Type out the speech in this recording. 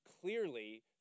clearly